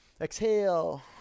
exhale